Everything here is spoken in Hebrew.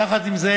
יחד עם זה,